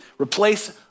Replace